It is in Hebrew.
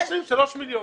אז שלושה מיליון,